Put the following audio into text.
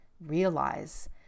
realize